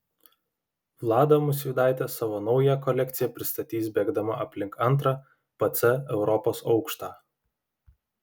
vlada musvydaitė savo naują kolekciją pristatys bėgdama aplink antrą pc europos aukštą